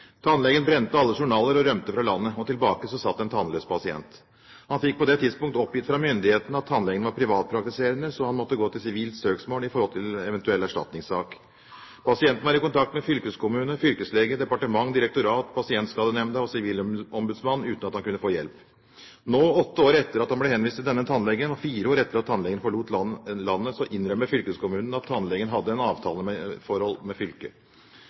rusproblemer. Tannlegen brente alle journaler og rømte fra landet. Tilbake satt en tannløs pasient. Han fikk på det tidspunkt oppgitt fra myndighetene at tannlegen var privatpraktiserende, så han måtte gå til sivilt søksmål med henblikk på eventuell erstatningssak. Pasienten var i kontakt med fylkeskommune, fylkeslege, departement, direktorat, Pasientskadenemnda og sivilombudsmann uten at han kunne få hjelp. Nå, åtte år etter at han ble henvist til denne tannlegen, og fire år etter at tannlegen forlot landet, innrømmer fylkeskommunen at tannlegen hadde et avtaleforhold med fylket.